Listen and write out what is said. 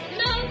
no